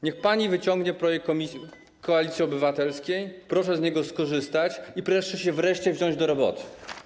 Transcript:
Niech pani wyciągnie projekt Koalicji Obywatelskiej, proszę z niego skorzystać i proszę się wreszcie wziąć do roboty.